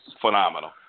phenomenal